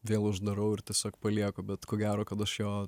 vėl uždarau ir tiesiog palieku bet ko gero kad aš jo